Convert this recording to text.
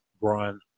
Brian